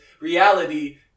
reality